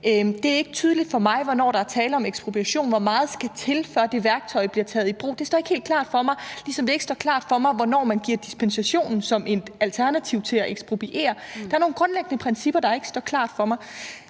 Det er ikke tydeligt for mig, hvornår der er tale om ekspropriation, og hvor meget der skal til, før det værktøj bliver taget i brug. Det står ikke helt klart for mig, ligesom det ikke står klart for mig, hvornår man giver dispensationen som et alternativ til at ekspropriere. Der er nogle grundlæggende principper, der ikke står klart for mig.